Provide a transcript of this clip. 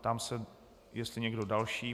Ptám se, jestli někdo další.